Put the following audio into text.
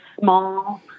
small